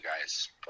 guys